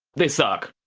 they suck